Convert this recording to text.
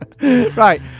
Right